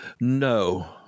No